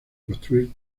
construir